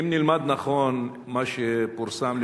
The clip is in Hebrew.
אם נלמד נכון מה שפורסם,